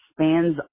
spans